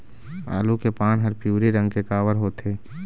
आलू के पान हर पिवरी रंग के काबर होथे?